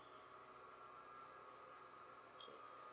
okay